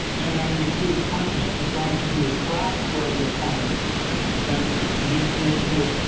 and include a content design to attract your ideal client and the information was